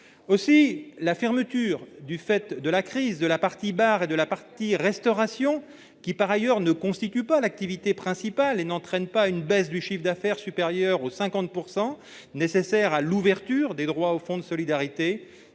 crise, la fermeture de la partie bar et de la petite restauration ne constitue pas l'activité principale et n'entraîne pas une baisse du chiffre d'affaires supérieure aux 50 % nécessaires à l'ouverture des droits au fonds de solidarité,